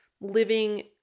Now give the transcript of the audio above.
living